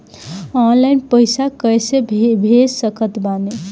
Online पैसा कैसे भेज सकत बानी?